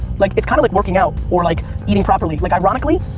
like, it's kinda like working out or like eating properly. like ironically,